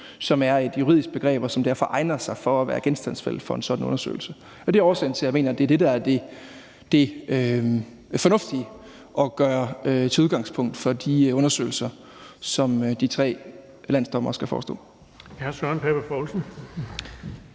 som er et juridisk begreb, og som derfor egner sig til at være genstandsfeltet for sådan en undersøgelse. Det er årsagen til, at jeg mener, at det er det, som er det fornuftige at gøre til udgangspunkt for de undersøgelser, som de tre landsdommere skal forestå.